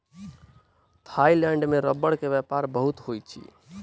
Thailand में रबड़ के व्यापार बहुत होइत अछि